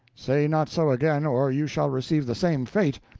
say not so again, or you shall receive the same fate.